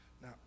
Now